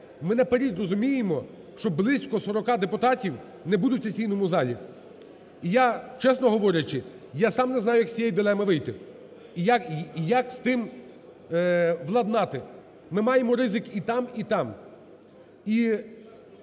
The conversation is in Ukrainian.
ми наперед розуміємо, що близько 40 депутатів не будуть в сесійному залі. І я, чесно говорячи, я сам не знаю, як із цієї дилеми вийти і як з тим владнати. Ми маємо ризик і там, і там.